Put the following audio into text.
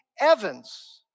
Evans